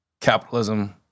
capitalism